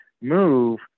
move